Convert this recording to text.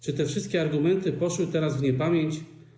Czy te wszystkie argumenty poszły teraz w niepamięć?